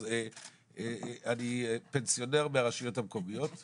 אז אני פנסיונר של הרשויות המקומיות,